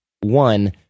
one